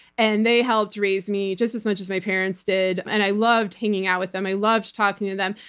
and they helped raise me, just as much as my parents did. and i loved hanging out with them, i loved talking to them.